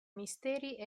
misteri